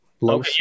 low